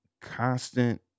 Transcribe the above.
constant